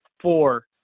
four